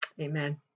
Amen